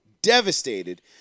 Devastated